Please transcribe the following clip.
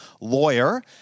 lawyer